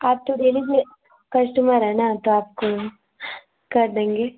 आप तो डेली के कस्टमर हैं ना तो आपको कर देंगे